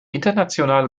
internationale